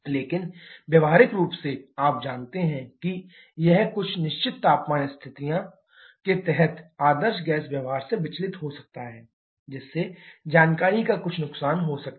लेकिन व्यावहारिक रूप से आप जानते हैं कि यह कुछ निश्चित तापमान स्थितियों के तहत आदर्श गैस व्यवहार से विचलित हो सकता है जिससे जानकारी का कुछ नुकसान हो सकता है